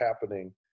happening